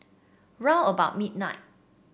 round about midnight